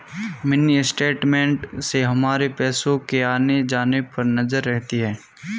mini statement से हमारे पैसो के आने जाने पर नजर रहती है